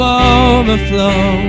overflow